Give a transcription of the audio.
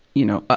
you know, ah